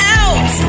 out